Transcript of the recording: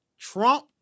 Trump